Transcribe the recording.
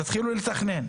אז תתחילו לתכנן.